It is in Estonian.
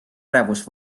ärevus